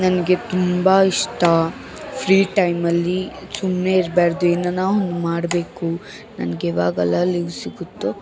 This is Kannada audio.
ನನ್ಗೆ ತುಂಬಾ ಇಷ್ಟ ಫ್ರೀ ಟೈಮಲ್ಲಿ ಸುಮ್ನೆ ಇರಬಾರ್ದು ಏನಾರು ಒಂದು ಮಾಡಬೇಕು ನನಗೆ ಯಾವಾಗೆಲ್ಲ ಲೀವ್ ಸಿಗುತ್ತೋ